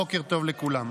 בוקר טוב לכולם.